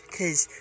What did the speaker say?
cause